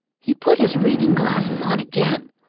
he put his reading glasses on again,